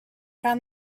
found